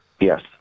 yes